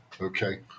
Okay